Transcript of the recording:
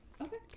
Okay